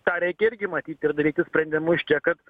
tą reikia irgi matyt ir daryti sprendimus čia kad